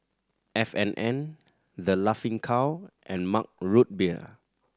F and N The Laughing Cow and Mug Root Beer